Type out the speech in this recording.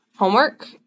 Homework